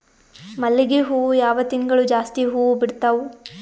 ಮಲ್ಲಿಗಿ ಹೂವು ಯಾವ ತಿಂಗಳು ಜಾಸ್ತಿ ಹೂವು ಬಿಡ್ತಾವು?